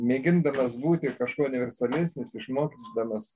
mėgindamas būti kažkuo universalesnis išmoksdamas